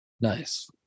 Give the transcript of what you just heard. Nice